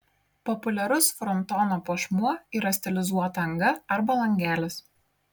populiarus frontono puošmuo yra stilizuota anga arba langelis